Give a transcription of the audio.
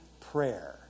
prayer